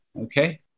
Okay